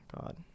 God